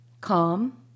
calm